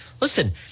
Listen